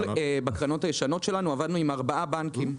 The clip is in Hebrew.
בקרנות הישנות שלנו עבדנו עם 4 בנקים.